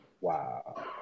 Wow